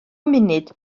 munud